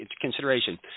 consideration